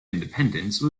independence